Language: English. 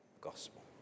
gospel